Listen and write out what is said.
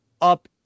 up